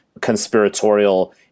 conspiratorial